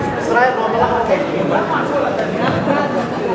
פטור ממס על משקאות,